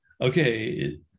okay